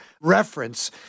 reference